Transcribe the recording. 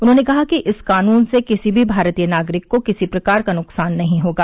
उन्होंने कहा कि इस कानून से किसी भी भारतीय नागरिक को किसी प्रकार नुकसान नहीं होगा